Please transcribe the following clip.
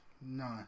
No